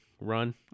run